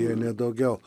jei ne daugiau